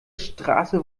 straße